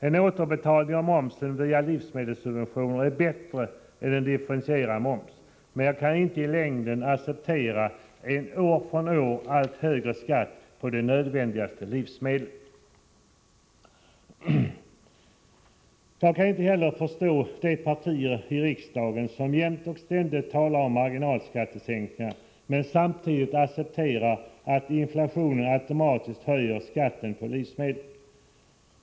En återbetalning av momsen via livsmedelssubventioner är bättre än en differentierad moms, men jag kan inte i längden acceptera en år från år allt högre skatt på de nödvändigaste livsmedlen. Jag kan inte förstå de partier i riksdagen som jämt och ständigt talar om marginalskattesänkningar men samtidigt accepterar att inflationen automatiskt höjer skatten på livsmedlen.